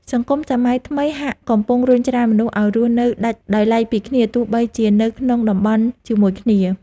សង្គមសម័យថ្មីហាក់កំពុងរុញច្រានមនុស្សឱ្យរស់នៅដាច់ដោយឡែកពីគ្នាទោះបីជានៅក្នុងតំបន់ជាមួយគ្នា។